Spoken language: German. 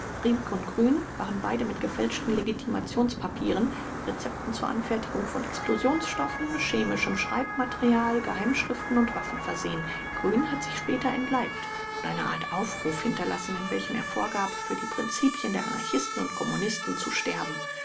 und grün waren beide mit gefälschten legitimationspapieren rezepten zur anfertigung von explosionsstoffen chemischem schreibmaterial geheimschriften und waffen versehen grün hat sich später entleibt und eine art aufruf hinterlassen in welchem er vorgab für die prinzipien der anarchisten und kommunisten zu sterben